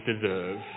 deserve